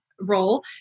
role